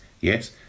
Yes